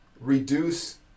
reduce